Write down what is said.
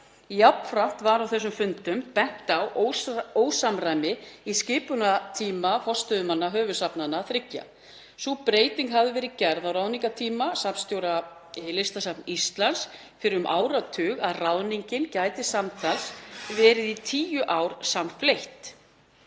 Jafnframt var á þessum fundum bent á ósamræmi í skipunartíma forstöðumanna höfuðsafnanna þriggja. Sú breyting hafði verið gerð á ráðningartíma safnstjóra Listasafns Íslands fyrir um áratug að ráðningin gæti samtals verið í tíu ár samfleytt.